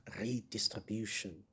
redistribution